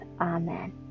Amen